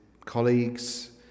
colleagues